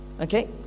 okay